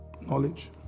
Knowledge